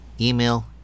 email